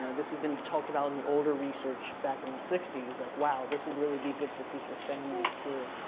this has been talked about in the older research back in the sixty s. like, wow this would really be good for people's families too.